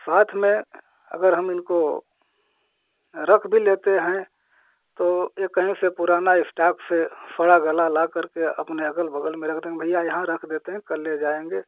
साथ में अगर हम इनको रख भी लेते हैं तो ये कहीं से पुराना इस्टाक से सड़ा गला लाकर के अपने अगल बगल में रख देंगे भैया यहाँ रख देते हैं कल ले जाएंगे